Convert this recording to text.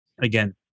again